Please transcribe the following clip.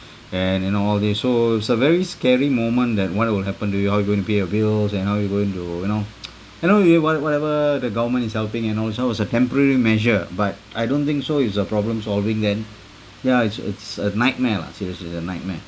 and you know all these so it's a very scary moment that what will happen to you how you going to pay your bills and how you going to you know you know you what whatever the government is helping and all so was a temporary measure but I don't think so is a problem solving then ya it's it's a nightmare lah seriously a nightmare